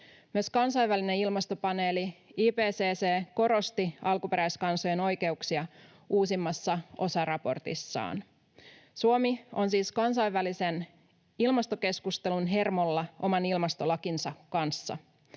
Myös kansainvälinen ilmastopaneeli IPCC korosti alkuperäiskansojen oikeuksia uusimmassa osaraportissaan. Suomi on siis kansainvälisen ilmastokeskustelun hermolla oman ilmastolakinsa kanssa.